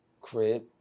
crib